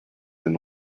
and